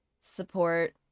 support